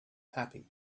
happy